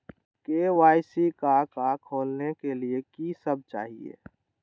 KYC का का खोलने के लिए कि सब चाहिए?